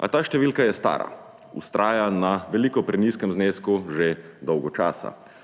A ta številka je stara. Vztraja na veliko prenizkem znesku že dolgo časa.